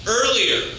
earlier